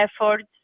efforts